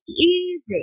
easy